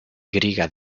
griega